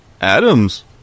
Adams